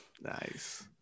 Nice